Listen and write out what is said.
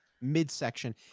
midsection